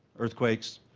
earthquakes,